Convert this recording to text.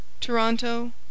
Toronto